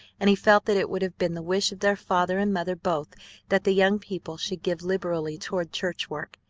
and he felt that it would have been the wish of their father and mother both that the young people should give liberally toward church-work.